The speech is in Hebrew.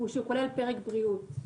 הוא שהוא כולל פרק בריאות.